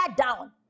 down